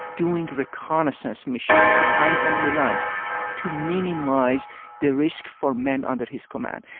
doing reconnaissance missions behind enemy lines to minimize the risk for men under his command.